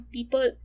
People